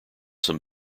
some